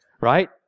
right